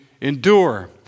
endure